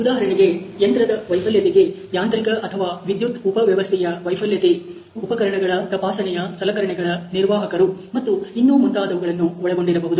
ಉದಾಹರಣೆಗೆ ಯಂತ್ರದ ವೈಫಲ್ಯತೆಯಗೆ ಯಾಂತ್ರಿಕ ಅಥವಾ ವಿದ್ಯುತ್ ಉಪ ವ್ಯವಸ್ಥೆಯ ವೈಫಲ್ಯತೆ ಉಪಕರಣಗಳ ತಪಾಸಣೆಯ ಸಲಕರಣೆಗಳ ನಿರ್ವಾಹಕರು ಮತ್ತು ಇನ್ನು ಮುಂತಾದವುಗಳನ್ನು ಒಳಗೊಂಡಿರಬಹುದು